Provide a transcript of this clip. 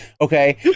Okay